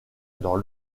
dans